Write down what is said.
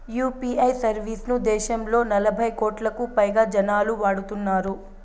UPI service ను దేశంలో నలభై కోట్లకు పైగా జనాలు వాడుతున్నారు